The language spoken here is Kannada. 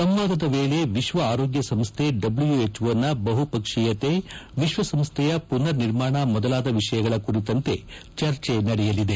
ಸಂವಾದದ ವೇಳೆ ವಿಶ್ವ ಆರೋಗ್ಯ ಸಂಸ್ಥೆ ಡಬ್ಲ್ಯುಎಚ್ಒ ನ ಬಹುಪಕ್ಷೀಯತೆ ವಿಶ್ವಸಂಸ್ಥೆಯ ಪುನರ್ ನಿರ್ಮಾಣ ಮೊದಲಾದ ವಿಷಯಗಳ ಕುರಿತಂತೆ ಚರ್ಚೆ ನಡೆಯಲಿದೆ